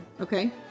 Okay